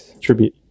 tribute